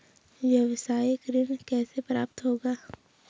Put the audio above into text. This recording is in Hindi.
व्यावसायिक ऋण कैसे प्राप्त होगा?